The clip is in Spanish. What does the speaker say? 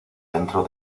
dentro